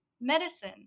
medicine